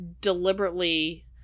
deliberately